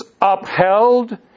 upheld